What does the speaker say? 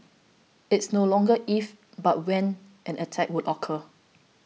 it's no longer if but when an attack would occur